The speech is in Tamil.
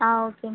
ஆ ஓகே